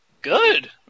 Good